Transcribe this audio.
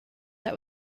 that